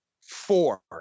four